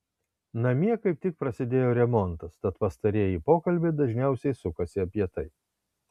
namie kaip tik prasidėjo remontas tad pastarieji pokalbiai dažniausiai sukasi apie tai